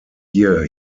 year